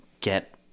get